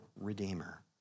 redeemer